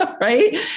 Right